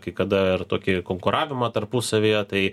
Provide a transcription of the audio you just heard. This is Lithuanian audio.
kai kada ir tokį konkuravimą tarpusavyje tai